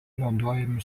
naudojami